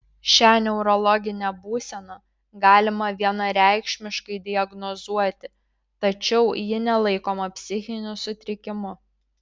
šią neurologinę būseną galima vienareikšmiškai diagnozuoti tačiau ji nelaikoma psichiniu sutrikimu